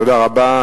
תודה רבה.